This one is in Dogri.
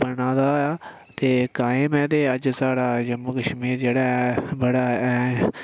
बना दा ते कायम ऐ ते अज्ज साढ़ा जम्मू कश्मीर जेह्ड़ा ऐ बड़ा ऐ